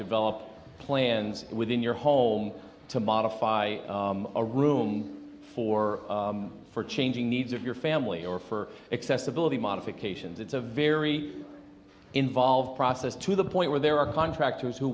develop plans within your home to modify a room for for changing needs of your family or for excessive realty modifications it's a very involved process to the point where there are contractors who